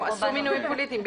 עשו מינויים פוליטיים,